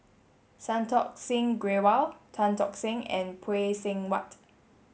Santokh Singh Grewal Tan Tock Seng and Phay Seng Whatt